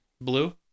blue